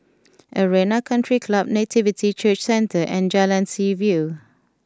Arena Country Club Nativity Church Centre and Jalan Seaview